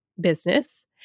business